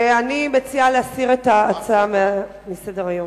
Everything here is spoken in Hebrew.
ואני מציעה להסיר את ההצעה מסדר-היום.